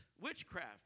witchcraft